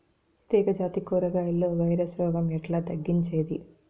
తీగ జాతి కూరగాయల్లో వైరస్ రోగం ఎట్లా తగ్గించేది?